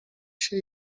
się